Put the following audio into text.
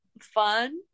fun